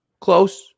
Close